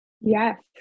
Yes